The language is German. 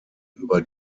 über